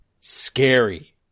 Scary